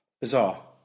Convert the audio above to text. Bizarre